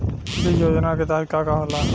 बीज योजना के तहत का का होला?